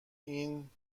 این